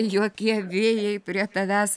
jokie vėjai prie tavęs